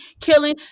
killing